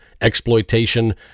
exploitation